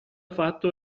fatto